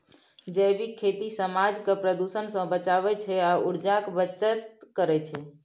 जैबिक खेती समाज केँ प्रदुषण सँ बचाबै छै आ उर्जाक बचत करय छै